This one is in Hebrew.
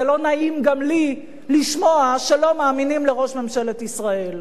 לא נעים גם לי לשמוע שלא מאמינים לראש ממשלת ישראל,